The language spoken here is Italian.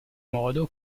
modo